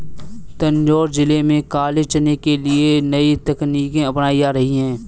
तंजौर जिले में काले चने के लिए नई तकनीकें अपनाई जा रही हैं